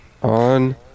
On